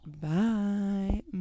bye